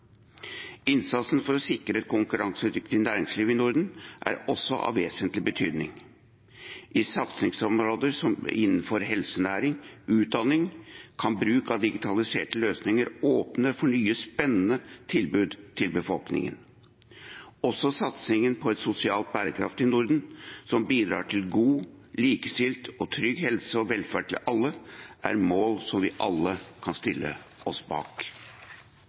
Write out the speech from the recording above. Innsatsen for å sikre et konkurransedyktig næringsliv i Norden er også av vesentlig betydning. I satsingsområder som innenfor helsenæring og utdanning kan bruk av digitaliserte løsninger åpne for nye, spennende tilbud til befolkningen. Også satsingen på et sosialt bærekraftig Norden, som bidrar til god, likestilt og trygg helse og velferd til alle, er noe vi alle kan stille oss bak.